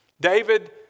David